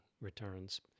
returns